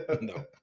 No